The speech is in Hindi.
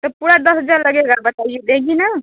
तो पूरा दस हजार लगेगा बताइए देंगी ना